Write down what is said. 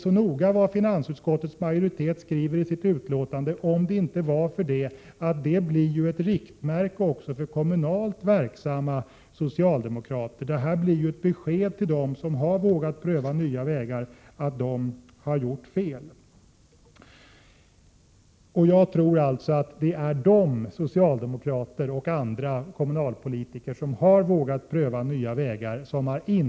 Det finansutskottets majoritet skriver i sitt utlåtande blir ju ett besked till dem som har vågat pröva nya vägar att de har gjort fel. Jag tror alltså att de, socialdemokrater och andra kommunalpolitiker som har vågat pröva nya grepp, visar på den enda möjliga vägen.